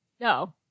no